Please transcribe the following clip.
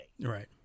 Right